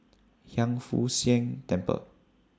Hiang Foo Siang Temple